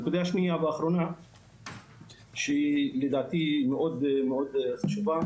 נקודה אחרונה שלדעתי היא מאוד חשובה